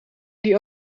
die